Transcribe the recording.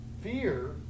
fear